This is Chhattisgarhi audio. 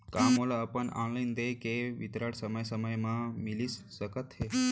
का मोला अपन ऑनलाइन देय के विवरण समय समय म मिलिस सकत हे?